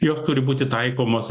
jos turi būti taikomos